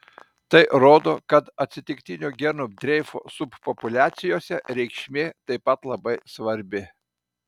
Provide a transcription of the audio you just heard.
tai rodo kad atsitiktinio genų dreifo subpopuliacijose reikšmė taip pat labai svarbi